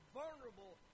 vulnerable